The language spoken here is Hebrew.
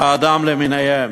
האדם למיניהם?